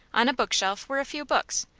on a book shelf were a few books,